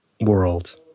world